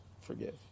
Forgive